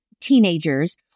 teenagers